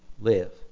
live